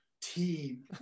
team